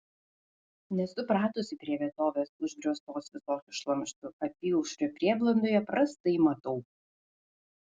nesu pratusi prie vietovės užgrioztos visokiu šlamštu apyaušrio prieblandoje prastai matau